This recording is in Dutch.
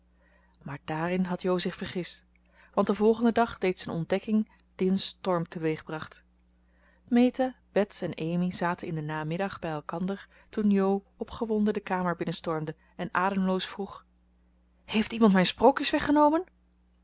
maar daarin had jo zich vergist want den volgenden dag deed ze een ontdekking die een storm teweegbracht meta bets en amy zaten in den namiddag bij elkander toen jo opgewonden de kamer binnenstormde en ademloos vroeg heeft iemand mijn sprookjes weggenomen